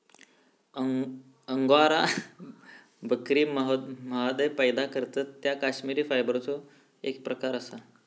angora बकरी mohair पैदा करतत ता कश्मिरी फायबरचो एक प्रकार असा